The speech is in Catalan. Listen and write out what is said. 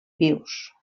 vius